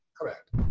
Correct